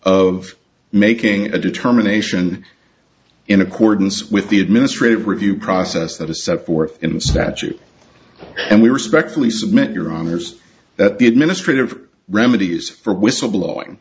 of making a determination in accordance with the administrative review process that a set forth in the statute and we respectfully submit your honors that the administrative remedy is for whistleblowing